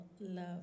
love